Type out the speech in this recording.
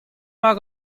mañ